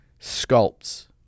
sculpts